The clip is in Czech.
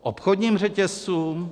Obchodním řetězcům?